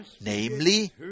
Namely